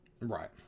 Right